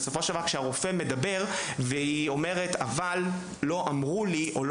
בסופו של דבר כשהיא אומרת שלא אמרו לה ולא